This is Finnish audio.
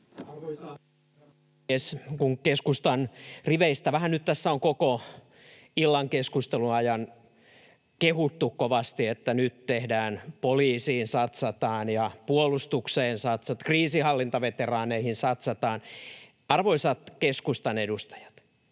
Kun keskustan riveistä vähän nyt tässä on koko illan keskustelun ajan kehuttu kovasti, että nyt tehdään, poliisiin satsataan ja puolustukseen satsataan, kriisinhallintaveteraaneihin satsataan: arvoisat keskustan edustajat,